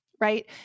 Right